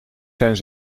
zijn